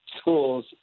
schools